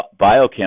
biochem